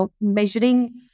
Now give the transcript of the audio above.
measuring